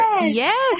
Yes